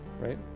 right